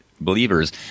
believers